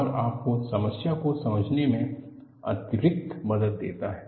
यह आपको समस्या को समझने में अतिरिक्त मदद देता है